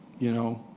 you know,